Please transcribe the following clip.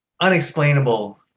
unexplainable